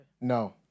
No